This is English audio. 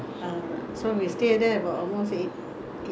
because the children was schooling there [what] tanglin primary